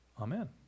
Amen